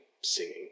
singing